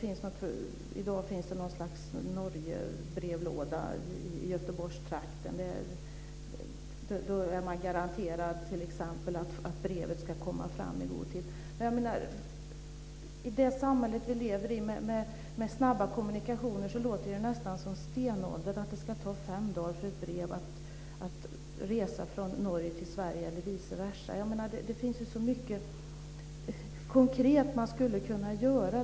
I dag finns ett slags Norgebrevlåda i Göteborgstrakten. Använder man den är man garanterad att brevet ska komma fram i god tid. Men i det samhälle vi lever, med snabba kommunikationer, låter det nästan som stenålder att det ska ta fem dagar för ett brev att resa från Norge till Sverige eller vice versa. Det finns ju så mycket konkret man skulle kunna göra.